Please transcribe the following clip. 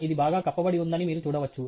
ఇది బాగా కప్పబడి ఉందని మీరు చూడవచ్చు